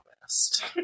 best